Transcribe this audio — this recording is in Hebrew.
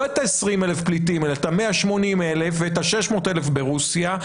את ה-20,000 פליטים אלא את ה-180,000 ואת ה-600,000 ברוסיה,